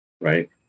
right